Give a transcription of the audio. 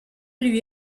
lui